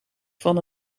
van